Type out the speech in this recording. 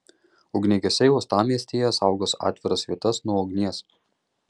ugniagesiai uostamiestyje saugos atviras vietas nuo ugnies